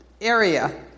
area